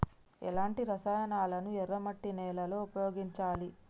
ఎలాంటి రసాయనాలను ఎర్ర మట్టి నేల లో ఉపయోగించాలి?